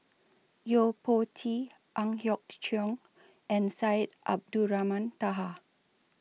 Yo Po Tee Ang Hiong Chiok and Syed Abdulrahman Taha